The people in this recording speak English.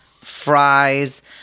fries